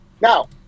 Now